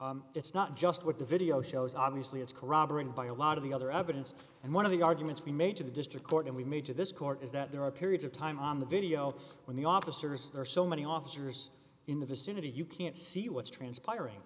it's not just what the video shows obviously it's corroborated by a lot of the other evidence and one of the arguments we made to the district court and we made to this court is that there are periods of time on the video when the officers are so many officers in the vicinity you can't see what's transpiring